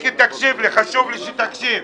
מיקי, חשוב לי שתקשיב.